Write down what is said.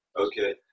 Okay